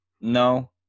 no